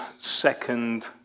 second